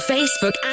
Facebook